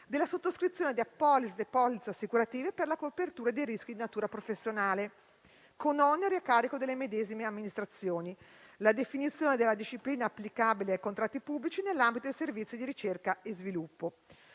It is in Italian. della sottoscrizione di apposite polizze assicurative per la copertura dei rischi di natura professionale, con oneri a carico delle medesime amministrazioni; la definizione della disciplina applicabile ai contratti pubblici nell'ambito dei servizi di ricerca e sviluppo.